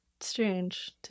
strange